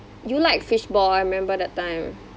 you like fishball I remember that time